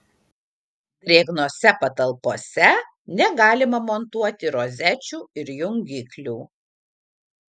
drėgnose patalpose negalima montuoti rozečių ir jungiklių